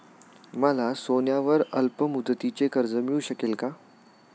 मला सोन्यावर अल्पमुदतीचे कर्ज मिळू शकेल का?